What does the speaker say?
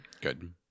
good